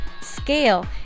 scale